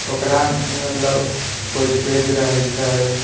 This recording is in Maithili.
ओकरा मतलब कोइ तेज रहैत छै